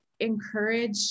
encourage